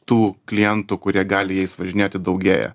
tų klientų kurie gali jais važinėti daugėja